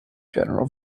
general